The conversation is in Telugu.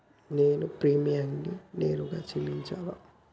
నేను ప్రీమియంని నేరుగా చెల్లించాలా?